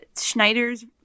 Schneider's